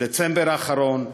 בדצמבר האחרון,